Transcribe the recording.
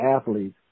athletes